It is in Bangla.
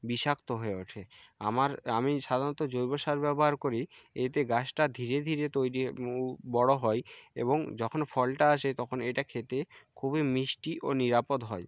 বিষাক্ত হয়ে ওঠে আমার আমি সাধারণত জৈব সার ব্যবহার করি এতে গাছটা ধীরে ধীরে তৈরি ও বড় হয় এবং যখন ফলটা আসে তখন এটা খেতে খুবই মিষ্টি ও নিরাপদ হয়